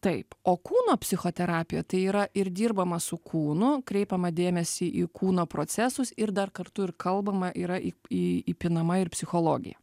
taip o kūno psichoterapija tai yra ir dirbama su kūnu kreipiama dėmesį į kūno procesus ir dar kartu ir kalbama yra įp į įpinama ir psichologija